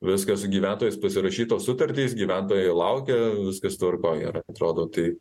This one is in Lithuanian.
viskas su gyventojais pasirašytos sutartys gyventojai laukia viskas tvarkoj yra atrodo tai